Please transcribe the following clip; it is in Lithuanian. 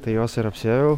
tai juos ir apsėjau